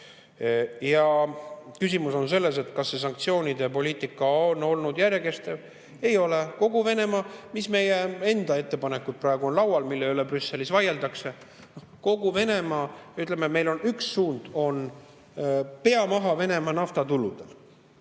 Küsimus on selles, kas see sanktsioonide poliitika on olnud järjekestev. Ei ole. Mis meie enda ettepanekud praegu on laual, mille üle Brüsselis vaieldakse? Ütleme, meil on üks suund: pea maha Venemaa naftatuludel.